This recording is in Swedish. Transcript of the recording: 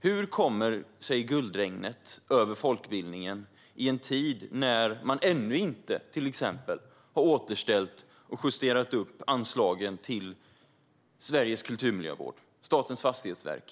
Hur kommer sig guldregnet över folkbildningen i en tid när man till exempel ännu inte har återställt och justerat upp anslagen till Sveriges kulturmiljövård, det vill säga Statens fastighetsverk?